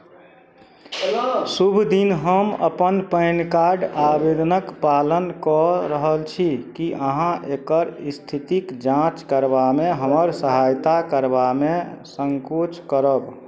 शुभ दिन हम अपन पैन कार्ड आवेदनक पालन कऽ रहल छी की अहाँ एकर स्थितिक जाँच करबामे हमर सहायता करबामे सङ्कोच करब